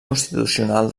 constitucional